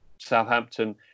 Southampton